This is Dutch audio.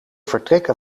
vertrekken